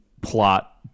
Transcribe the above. plot